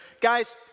Guys